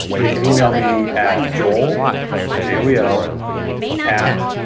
they can email me at joel joel at